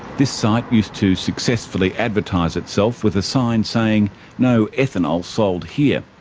this site used to successfully advertise itself with a sign saying no ethanol sold here.